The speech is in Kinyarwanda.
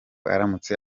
aramutse